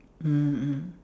mm mm